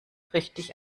richtig